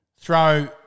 throw